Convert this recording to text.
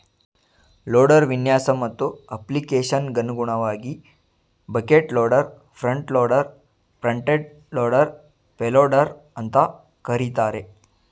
loader ವಿನ್ಯಾಸ ಮತ್ತು ಅಪ್ಲಿಕೇಶನ್ಗನುಗುಣವಾಗಿ bucket loader front loader front end loader payloader ಅಂತ ಕರೀತಾರೆ